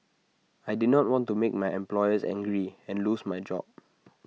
I did not want to make my employers angry and lose my job